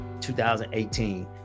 2018